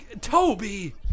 Toby